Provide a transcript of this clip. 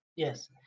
yes